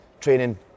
training